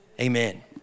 Amen